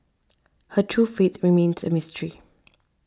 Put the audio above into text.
her true fate remains a mystery